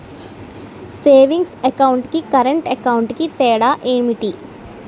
Savings account కి current account కి తేడా ఏమిటి?